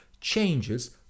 changes